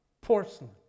Porcelain